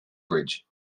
bridge